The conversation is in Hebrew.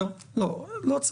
ניחא.